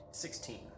Sixteen